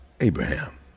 Abraham